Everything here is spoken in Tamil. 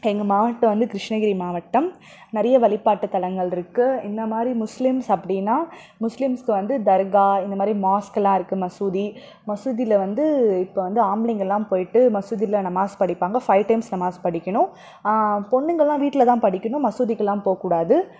எங்கள் மாவட்டம் வந்து கிருஷ்ணகிரி மாவட்டம் நிறைய வழிபாட்டுத்தலங்கள்ருக்கு இந்த மாதிரி முஸ்லீம்ஸ் அப்படின்னா முஸ்லீம்ஸ்க்கு வந்து தர்கா இந்த மாதிரி மாஸ்க்லாம் இருக்கு மசூதி மசூதியில வந்து இப்போ வந்து ஆம்பளைங்களாம் போய்விட்டு மசூதியில நமாஸ் படிப்பாங்க ஃபைவ் டைம்ஸ் நமாஸ் படிக்கணும் பொண்ணுங்களாம் வீட்டில தான் படிக்கணும் மசூதிக்குலாம் போகக்கூடாது